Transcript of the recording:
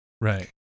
Right